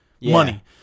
Money